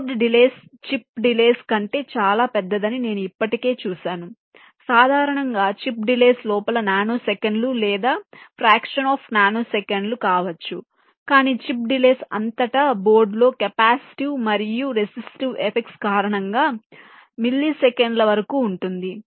board delays chip delays కంటే చాలా పెద్దదని నేను ఇప్పటికే చూశాను సాధారణంగా చిప్ డిలేస్ లోపల నానోసెకన్లు లేదా ఫ్రేక్షన్ ఆఫ్ నానోసెకన్ల కావచ్చు కాని చిప్స్ డిలేస్ అంతటా బోర్డులో కెపాసిటివ్ మరియు రెసిస్టివ్ ఎఫెక్ట్స్ కారణంగా మిల్లీసెకన్ల వరకు ఉంటుంది